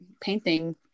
painting